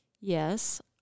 Yes